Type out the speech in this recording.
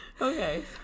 Okay